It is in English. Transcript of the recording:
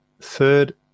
third